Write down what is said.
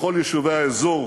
לכל יישובי האזור,